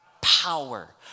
Power